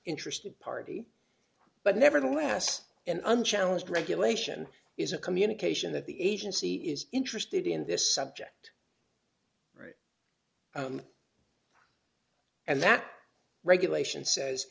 interested party but nevertheless an unchallenged regulation is a communication that the agency is interested in this subject and that regulation says